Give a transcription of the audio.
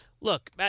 look